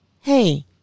hey